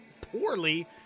poorly